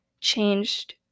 changed